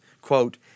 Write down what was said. quote